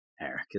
Eric